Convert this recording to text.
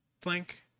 flank